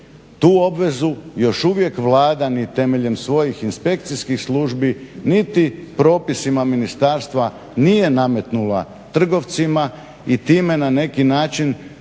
Tu obvezu još uvijek Vlada ni temeljem svojih inspekcijskih službi, niti propisima ministarstva nije nametnula trgovcima i time na neki način